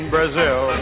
Brazil